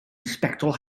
sbectol